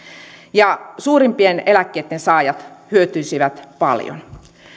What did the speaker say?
ja suurimpien eläkkeitten saajat hyötyisivät paljon